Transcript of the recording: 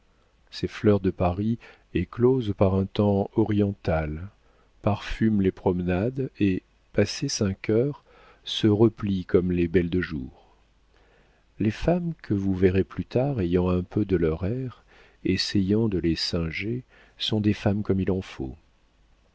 ces fleurs de paris éclosent par un temps oriental parfument les promenades et passé cinq heures se replient comme les belles de jour les femmes que vous verrez plus tard ayant un peu de leur air essayant de les singer sont des femmes comme il en faut